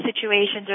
situations